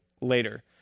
Later